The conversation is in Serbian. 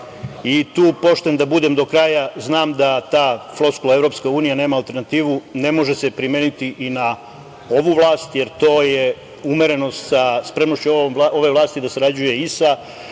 Tu poštujem, da budem do kraja, znam da ta floskula - EU nema alternativu, ne može se primeniti i na ovu vlast, jer je to umerenost sa spremnošću ove vlasti da sarađuje i sa